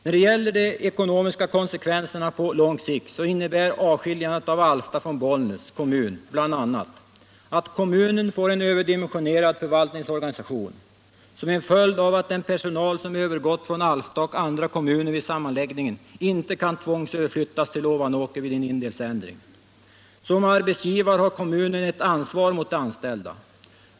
När det gäller de ekonomiska konsekvenserna på lång sikt så innebär avskiljandet av Alfta från Bollnäs kommun bl.a. att kommunen får en överdimensionerad förvaltningsorganisation som en följd av att den personal som övergått från Alfta och andra kommuner vid sammanläggningen inte kan tvångsöverflyttas till Ovanåker vid en indelningsändring. Som arbetsgivare har kommunen ett ansvar mot de anställda.